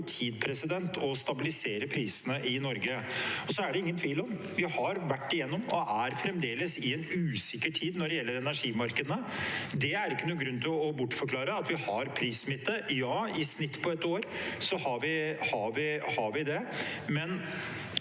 med på å stabilisere prisene i Norge over tid. Det er ingen tvil om at vi har vært gjennom, og fremdeles er i, en usikker tid når det gjelder energimarkedene. Det er ikke noen grunn til å bortforklare at vi har prissmitte. Ja, i snitt på ett år har vi det, men